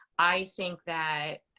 i think that,